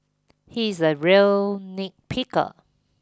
he is a real nitpicker